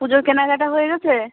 পুজোর কেনাকাটা হয়ে গেছে